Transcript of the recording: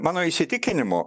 mano įsitikinimu